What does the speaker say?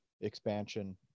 expansion